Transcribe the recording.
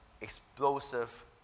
explosive